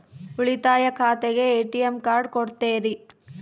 ಉಳಿತಾಯ ಖಾತೆಗೆ ATM card ಕೊಡ್ತೇರಿ?